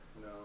No